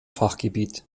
fachgebiet